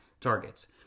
targets